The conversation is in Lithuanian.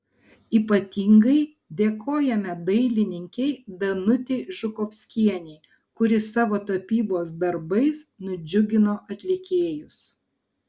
ypatingai dėkojame dailininkei danutei žukovskienei kuri savo tapybos darbais nudžiugino atlikėjus